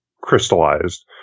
crystallized